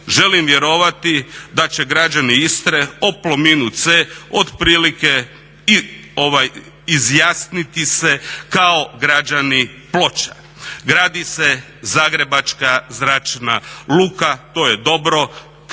Želim vjerovati da će građani Istre o Plominu C otprilike izjasniti se kao građani Ploča. Gradi se Zagrebačka zračna luka. To je dobro.